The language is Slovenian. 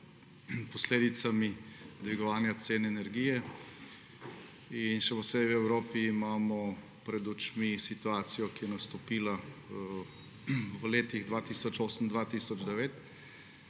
posledicami dvigovanja cen energije. Še posebej v Evropi imamo pred očmi situacijo, ki je nastopila v letih 2008–2009,